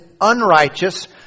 unrighteous